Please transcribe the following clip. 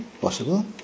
possible